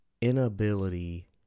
inability